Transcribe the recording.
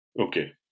Okay